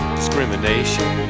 discrimination